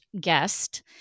guest